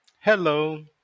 Hello